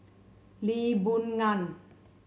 Lee Boon Ngan